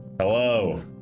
Hello